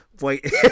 wait